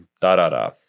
da-da-da